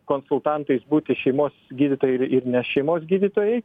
konsultantais būti šeimos gydytojai ir ir ne šeimos gydytojai